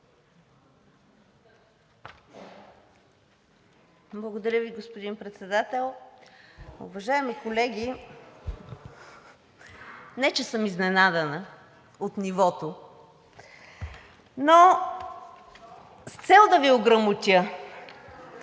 Благодаря Ви, господин Председател. Уважаеми колеги, не че съм изненадана от нивото, но с цел да Ви ограмотя